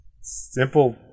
simple